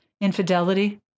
Infidelity